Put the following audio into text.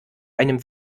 einem